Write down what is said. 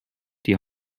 die